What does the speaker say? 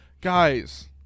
Guys